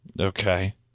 Okay